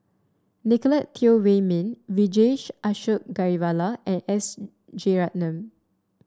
Nicolette Teo Wei Min Vijesh Ashok Ghariwala and S Rajaratnam